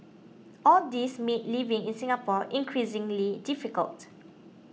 all these made living in Singapore increasingly difficult